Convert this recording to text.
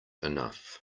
enough